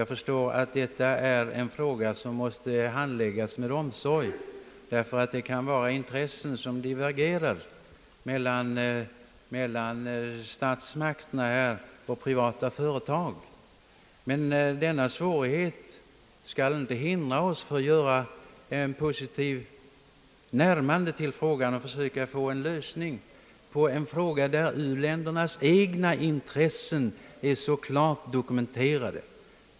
Jag förstår att det är en fråga som måste handläggas med omsorg, ty det kan gälla intressen som divergerar mellan statsmakterna och privata företag. Men denna svårighet bör inte hindra oss från ett positivt närmande till frågan och från försök få en lösning av ett problem där u-ländernas egen önskan är klart dokumenterad.